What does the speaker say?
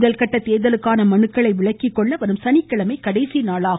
முதல்கட்ட தேர்தலுக்கான மனுக்களை விலக்கிக்கொள்ள வரும் சனிக்கிழமை கடைசி நாளாகும்